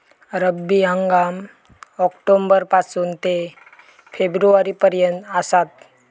रब्बी हंगाम ऑक्टोबर पासून ते फेब्रुवारी पर्यंत आसात